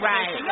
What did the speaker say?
Right